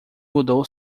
mudou